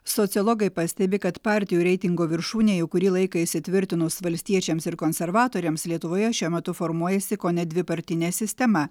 sociologai pastebi kad partijų reitingo viršūnėj jau kurį laiką įsitvirtinus valstiečiams ir konservatoriams lietuvoje šiuo metu formuojasi kone dvipartinė sistema